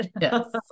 Yes